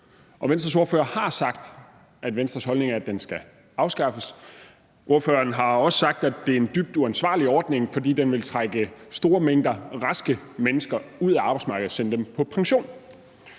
Venstres ordfører har sagt, at Venstres holdning er, at den skal afskaffes. Ordføreren har også sagt, at det er en dybt uansvarlig ordning, fordi den vil trække store mængder raske mennesker ud af arbejdsmarkedet og sende dem på pension.